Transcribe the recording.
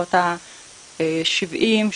בסביבות ה-80%-70%,